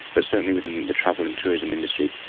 but certainly within the travel and tourism industry,